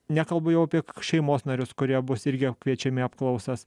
nekalbu jau apie šeimos narius kurie bus irgi kviečiami apklausas